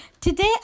today